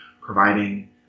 providing